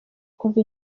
kuva